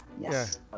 yes